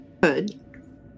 Good